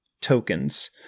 tokens